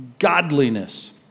Godliness